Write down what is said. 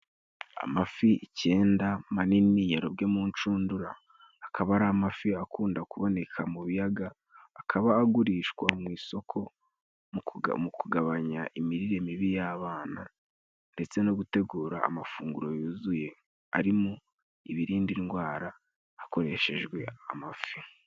Amafi icyenda manini yarobwe mu nshundura. Akaba ari amafi akunda kuboneka mu biyaga akaba agurishwa mu isoko mu kugabanya imirire mibi y'abana, ndetse no gutegura amafunguro yuzuye arimo ibirinda indwara hakoreshejwe amafi.